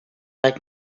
like